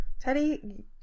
Teddy